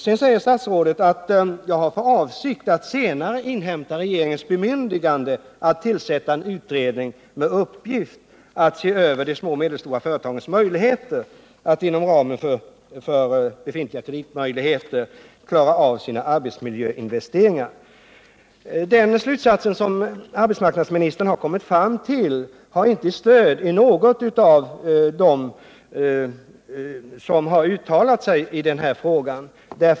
Sedan gör statsrådet följande uttalande: ”Jag har därför för avsikt att senare inhämta regeringens bemyndigande att tillsätta en utredning med uppgift att bl.a. se över de små och medelstora företagens möjligheter att inom ramen för befintliga kreditmöjligheter klara av sina arbetsmiljöinvesteringar.” Den slutsats som arbetsmarknadsministern har kommit fram till har inte stöd hos några av dem som har uttalat sig i den här frågan.